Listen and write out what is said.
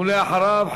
ואחריו,